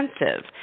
expensive